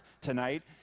tonight